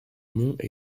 monts